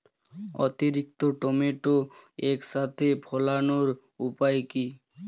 অতিরিক্ত টমেটো একসাথে ফলানোর উপায় কী?